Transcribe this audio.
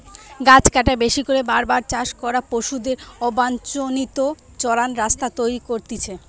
গাছ কাটা, বেশি করে বার বার চাষ করা, পশুদের অবাঞ্চিত চরান রাস্তা তৈরী করতিছে